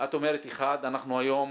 אנחנו היום